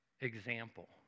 example